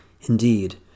Indeed